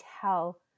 tell